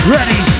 Ready